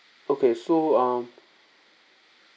okay so um